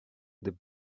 the